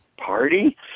party